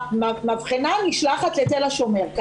המבחנה נשלחת לתל השומר.